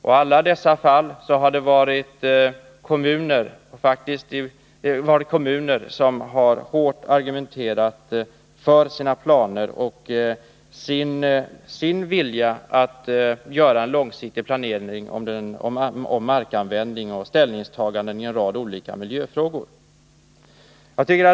I alla dessa fall har kommunerna hårt argumenterat för sina planer och sin vilja att göra en långsiktig planering av markanvändningen och ställningstagandena i en rad olika miljöfrågor.